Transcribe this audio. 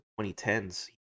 2010s